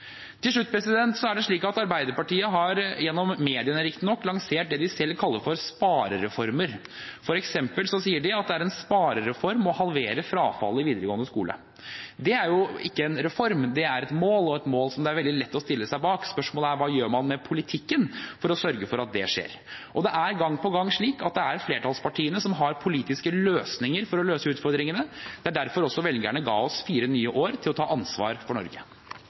Til slutt er det slik at Arbeiderpartiet har, gjennom mediene riktignok, lansert det de selv kaller for sparereformer. For eksempel sier de at det er en sparereform å halvere frafallet i videregående skole. Det er jo ikke en reform, det er et mål, og et mål som det er veldig lett å stille seg bak. Spørsmålet er bare: Hva gjør man med politikken for å sørge for at det skjer? Og det er gang på gang slik at det er flertallspartiene som har politiske løsninger for å løse utfordringene. Det er derfor velgerne også ga oss fire nye år for å ta ansvar for Norge.